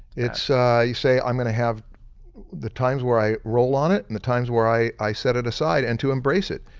it's you say, i'm gonna have the times where i roll on it and the times where i i set it aside and to embrace it.